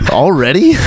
already